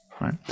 Right